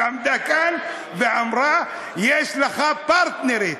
עמדה כאן ואמרה: יש לך פרטנרית.